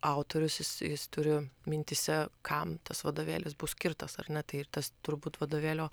autorius jis jis turi mintyse kam tas vadovėlis bus skirtas ar ne tai ir tas turbūt vadovėlio